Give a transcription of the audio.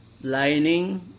lining